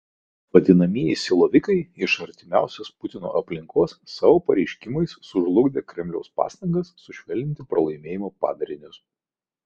vadinamieji silovikai iš artimiausios putino aplinkos savo pareiškimais sužlugdė kremliaus pastangas sušvelninti pralaimėjimo padarinius